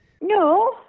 No